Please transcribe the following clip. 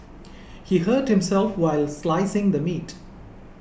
he hurt himself while slicing the meat